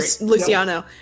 Luciano